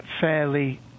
fairly